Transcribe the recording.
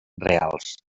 reals